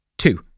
Two